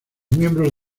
miembros